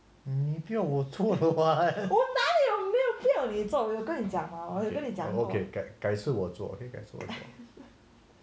你不要我做的 what okay okay 改次我做 okay 改次我做